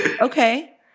Okay